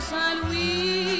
Saint-Louis